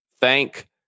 Thank